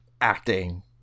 acting